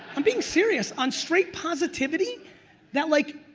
i'm being serious, on straight positivity that like,